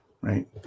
right